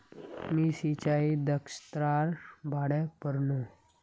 मी सिंचाई दक्षतार बारे पढ़नु